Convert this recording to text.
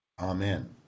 Amen